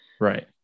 right